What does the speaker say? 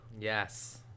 yes